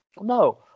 no